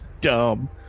dumb